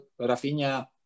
Rafinha